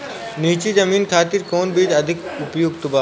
नीची जमीन खातिर कौन बीज अधिक उपयुक्त बा?